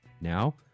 Now